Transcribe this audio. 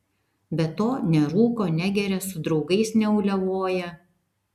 be to nerūko negeria su draugais neuliavoja